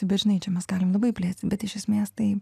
bet žinai čia mes galim labai plėstis bet iš esmės tai